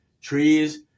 trees